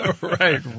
Right